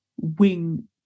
wing